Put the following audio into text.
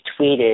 tweeted